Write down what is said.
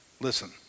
Listen